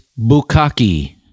Bukaki